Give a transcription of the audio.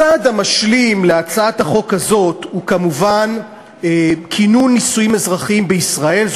הצעד המשלים להצעת החוק הזאת הוא כמובן כינון נישואים אזרחיים בישראל,